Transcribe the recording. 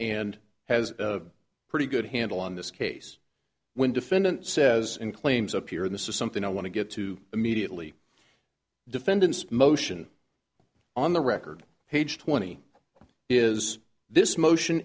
and has a pretty good handle on this case when defendant says in claims appear in the something i want to get to immediately defendant's motion on the record page twenty is this motion